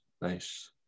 nice